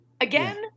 again